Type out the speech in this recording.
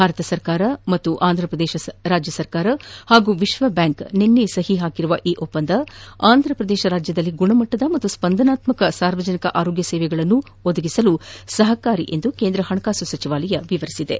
ಭಾರತ ಸರ್ಕಾರ ಮತ್ತು ಆಂಧ್ರಪ್ರದೇಶ ರಾಜ್ಯ ಸರ್ಕಾರ ಹಾಗೂ ವಿಶ್ವ ಬ್ಯಾಂಕ್ ನಿನ್ನೆ ಸಹಿ ಹಾಕಿದ ಈ ಒಪ್ಪಂದ ಆಂಧ್ರಪ್ರದೇಶದಲ್ಲಿ ಗುಣಮಟ್ಟದ ಮತ್ತು ಸ್ಪಂದನಾತ್ಮಕ ಸಾರ್ವಜನಿಕ ಆರೋಗ್ಯ ಸೇವೆಗಳನ್ನು ಒದಗಿಸಲು ಸಹಕಾರಿಯಾಗಲಿದೆ ಎಂದು ಕೇಂದ್ರ ಹಣಕಾಸು ಸಚಿವಾಲಯ ತಿಳಿಸಿದೆ